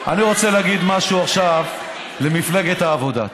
אני רוצה להגיד משהו עכשיו למפלגת העבודה.